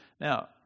Now